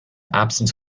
absence